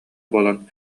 буолан